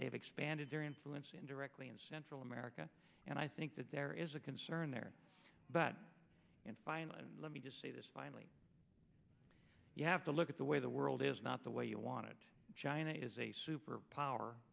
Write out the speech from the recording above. they've expanded their influence indirectly in central america and i think that there is a concern there but and finally let me just say this finally you have to look at the way the world is not the way you wanted china is a superpower